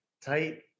tight-